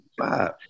five